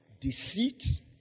deceit